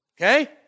Okay